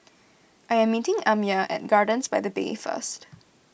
I am meeting Amya at Gardens by the Bay first